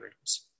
rooms